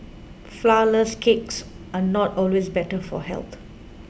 Flourless Cakes are not always better for health